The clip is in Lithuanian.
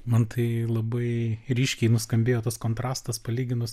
man tai labai ryškiai nuskambėjo tas kontrastas palyginus